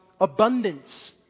abundance